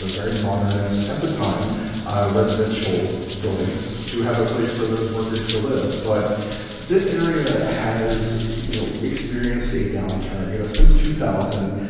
very modernist at the time residential buildings to have a place for those workers to live. but this area has, you know, experienced a downturn. you know, since two thousand,